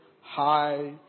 high